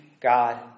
God